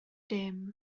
dim